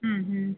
ഉം ഉം